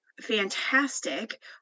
fantastic